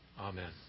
Amen